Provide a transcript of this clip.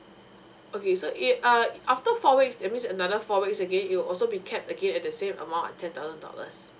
okay so it err after four weeks that means another four weeks again it will also be cap again at the same amount of ten thousand dollars